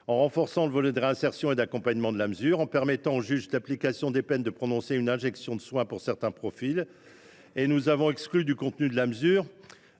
renforcé le volet de réinsertion et d’accompagnement, en permettant aux juges de l’application des peines de prononcer une injonction de soins pour certains profils. D’autre part, nous avons exclu du contenu de la mesure